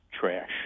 trash